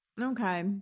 Okay